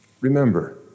Remember